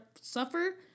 suffer